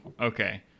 okay